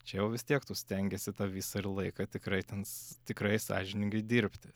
čia jau vis tiek tu stengiesi tą visą ir laiką tikrai ten s tikrai sąžiningai dirbti